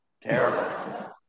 Terrible